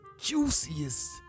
juiciest